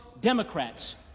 Democrats